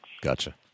Gotcha